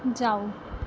ਜਾਓ